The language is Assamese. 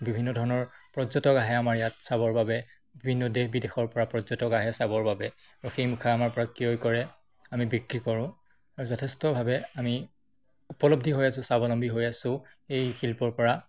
বিভিন্ন ধৰণৰ পৰ্যটক আহে আমাৰ ইয়াত চাবৰ বাবে বিভিন্ন দেশ বিদেশৰপৰা পৰ্যটক আহে চাবৰ বাবে আৰু সেই মুখা আমাৰপৰা ক্ৰয় কৰে আমি বিক্ৰী কৰোঁ আৰু যথেষ্টভাৱে আমি উপলব্ধি হৈ আছো স্বাৱলম্বী হৈ আছো এই শিল্পৰপৰা